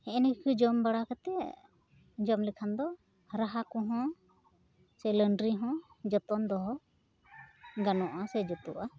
ᱦᱮᱸᱜᱼᱮ ᱱᱤᱭᱟᱹᱠᱚ ᱡᱚᱢ ᱵᱟᱲᱟ ᱠᱟᱛᱮᱫ ᱡᱚᱢ ᱞᱮᱠᱷᱟᱱᱫᱚ ᱨᱟᱦᱟ ᱠᱚᱦᱚᱸ ᱪᱮ ᱞᱟᱹᱱᱰᱨᱤᱦᱚᱸ ᱡᱚᱛᱚᱱ ᱫᱚᱦᱚ ᱜᱟᱱᱚᱜᱼᱟ ᱥᱮ ᱡᱩᱛᱩᱜᱼᱟ